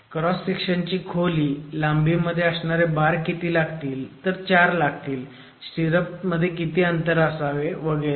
cross सेक्शनची खोली लांबीमध्ये असणारे बार किती लागतील तर 4 लागतील स्टीरप्स मध्ये किती अंतर असावे वगैरे